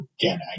again